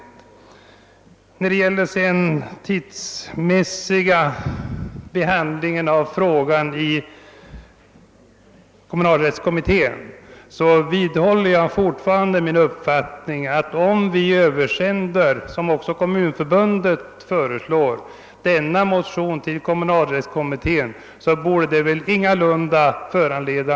Vad beträffar tiden för behandlingen i kommunalrättskommittén vidhåller jag fortfarande min uppfattning att kommunalrättskommitténs arbete ingalunda skulle bli försenat genom att vi översände dessa motioner till kommittén, såsom Kommunförbundet föreslår.